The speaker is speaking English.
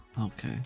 okay